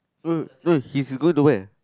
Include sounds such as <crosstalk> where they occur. <noise> he's go to where